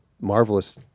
marvelous